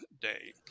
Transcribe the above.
Day